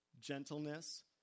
gentleness